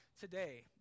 today